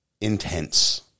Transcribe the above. intense